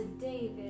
David